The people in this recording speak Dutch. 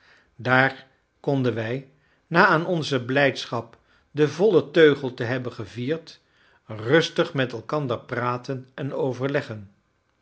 daar konden wij na aan onze blijdschap den vollen teugel te hebben gevierd rustig met elkander praten en overleggen